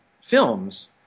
films